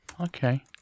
Okay